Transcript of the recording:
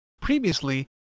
Previously